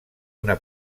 una